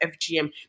FGM